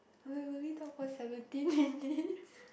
we have only talk for seventeen minutes